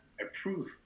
approve